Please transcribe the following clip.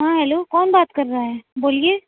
ہاں ہیلو کون بات کر رہا ہے بولیے